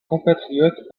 compatriote